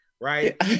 right